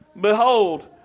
Behold